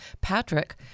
Patrick